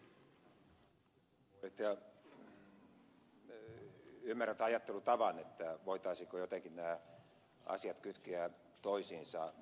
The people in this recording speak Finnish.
ymmärrän tämän ajattelutavan että voitaisiin jotenkin nämä asiat kytkeä toisiinsa